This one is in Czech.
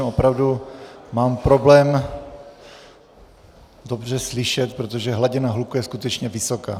Opravdu mám problém dobře slyšet, protože hladina hluku je skutečně vysoká.